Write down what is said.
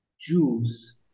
Jews